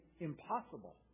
impossible